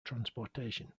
transportation